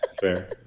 Fair